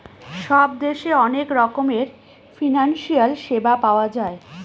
সব দেশে অনেক রকমের ফিনান্সিয়াল সেবা পাওয়া যায়